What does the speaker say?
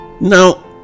Now